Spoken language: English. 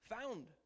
found